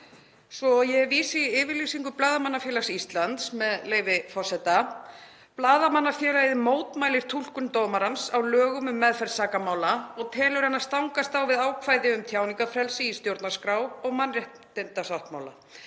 Svo ég vísi í yfirlýsingu Blaðamannafélags Íslands, með leyfi forseta: „Blaðamannafélagið mótmælir túlkun dómarans á lögum um meðferð sakamála og telur hana stangast á við ákvæði um tjáningarfrelsi í stjórnarskrá og mannréttindasáttmála,